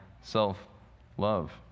self-love